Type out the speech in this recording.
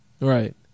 Right